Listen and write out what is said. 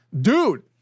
dude